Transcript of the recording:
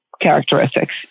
characteristics